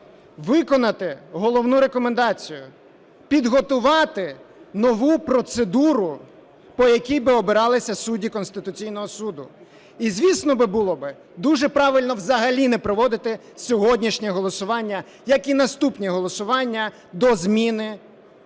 Виконати головну рекомендацію: підготувати нову процедуру, по якій би обиралися судді Конституційного Суду. І звісно би було би дуже правильно взагалі не проводити сьогоднішнє голосування, як і наступні голосування, до зміни